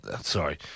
Sorry